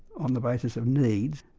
on the basis of needs,